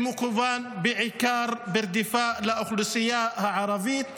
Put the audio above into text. שמכוון בעיקר לרדיפה אחר האוכלוסייה הערבית,